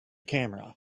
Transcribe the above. camera